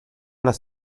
los